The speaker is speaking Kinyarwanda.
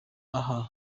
aha